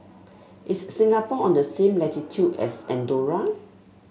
is Singapore on the same latitude as Andorra